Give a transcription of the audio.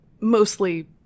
mostly